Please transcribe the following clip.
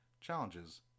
Challenges